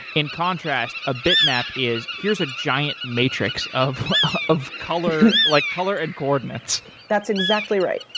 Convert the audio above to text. in contrast, a bitmap is here's a giant matrix of of color like color and coordinates. that's exactly right.